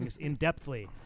in-depthly